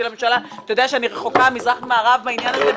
לממשלה אתה יודע שאני רחוקה מזרח ומערב מהעניין הזה.